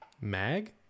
Mag